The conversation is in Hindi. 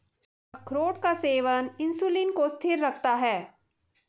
अखरोट का सेवन इंसुलिन को स्थिर रखता है